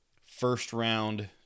first-round